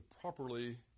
properly